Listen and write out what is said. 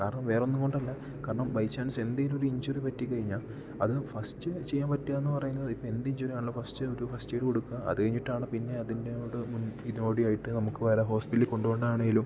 കാരണം വേറെ ഒന്നും കൊണ്ടല്ല കാരണം ചാൻസ് എഎന്തെങ്കിലും ഒരു ഇഞ്ചുറി പറ്റി കഴിഞ്ഞാൽ അത് ഫസ്റ്റ് ചെയ്യാൻ പറ്റുക എന്നു പറയുന്നത് ഇപ്പം എന്ത് ഇഞ്ചുറി ആണെങ്കിലും ഫസ്റ്റ് ഒരു ഫസ്റ്റ് എയിഡ് കൊടുക്കാൻ അത് കഴിഞ്ഞിട്ടാണ് പിന്നെ അതിൻ്റയോട് മുൻ ഇതോടെ ആയിട്ട് നമുക്ക് വേറെ ഹോസ്പിറ്റലിൽ കൊണ്ടുപോവേണ്ടത് ആണെങ്കിലും